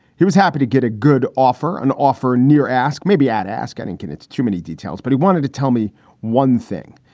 he was happy to get a good offer, an offer near ask, maybe ask etting can. it's too many details. but he wanted to tell me one thing,